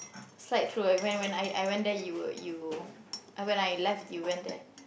slide through when when I I went there you were you and when I left you went there